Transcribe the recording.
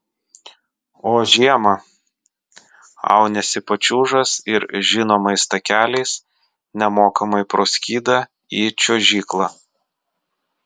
o žiemą auniesi pačiūžas ir žinomais takeliais nemokamai pro skydą į čiuožyklą